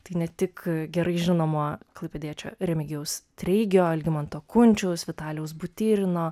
tai ne tik gerai žinomo klaipėdiečio remigijaus treigio algimanto kunčiaus vitalijaus butyrino